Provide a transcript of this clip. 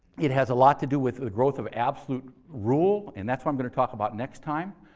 it has a lot to do with the growth of absolute rule. and that's what i'm going to talk about next time,